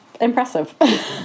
impressive